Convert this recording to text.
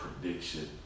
prediction